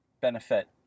benefit